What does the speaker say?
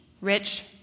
Rich